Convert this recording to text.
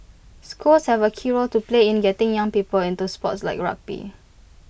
schools have A key role to play in getting young people into sports like rugby